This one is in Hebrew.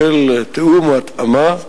של תיאום או התאמה,